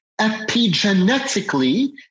epigenetically